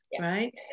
right